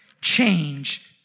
change